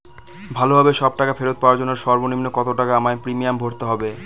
ভালোভাবে সব টাকা ফেরত পাওয়ার জন্য সর্বনিম্ন কতটাকা আমায় প্রিমিয়াম ভরতে হবে?